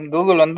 Google